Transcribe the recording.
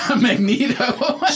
Magneto